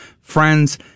friends